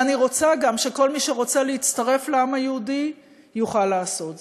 ואני רוצה גם שכל מי שרוצה להצטרף לעם היהודי יוכל לעשות זאת.